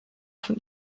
von